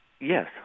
Yes